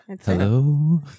Hello